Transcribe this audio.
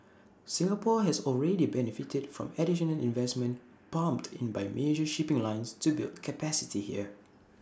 Singapore has already benefited from additional investments pumped in by major shipping lines to build capacity here